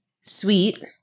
sweet